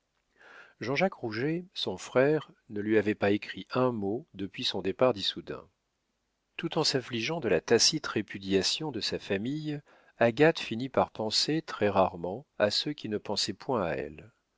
rouget son frère ne lui avait pas écrit un mot depuis son départ d'issoudun tout en s'affligeant de la tacite répudiation de sa famille agathe finit par penser très-rarement à ceux qui ne pensaient point à elle